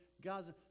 God's